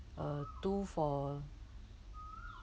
uh two for